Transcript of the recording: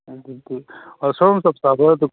ꯑꯗꯨꯗꯤ ꯁꯣ ꯔꯨꯝ ꯆꯞ ꯆꯥꯕ ꯑꯗꯨꯝ